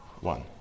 One